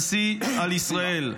הנסי על ישראל',